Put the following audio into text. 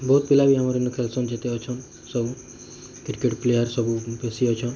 ବହୁତ ପିଲା ବି ଆମର ଏନ୍ ଖେଲସୁନ୍ ଯେତେ ଅଛନ୍ ସବୁ କ୍ରିକେଟ୍ ପ୍ଲେୟାର୍ ସବୁ ବେଶୀ ଅଛନ୍